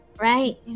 Right